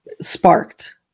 sparked